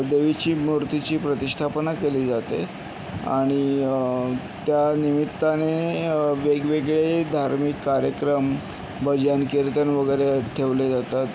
देवीच्या मूर्तीची प्रतिष्ठापना केली जाते आणि त्यानिमित्ताने वेगवेगळे धार्मिक कार्यक्रम भजन कीर्तन वगैरे ठेवले जातात